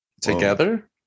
Together